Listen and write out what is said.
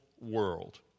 world